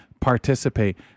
participate